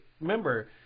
remember